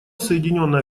соединенное